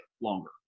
longer